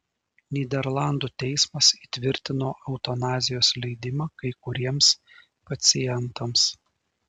nyderlandų teismas įtvirtino eutanazijos leidimą kai kuriems pacientams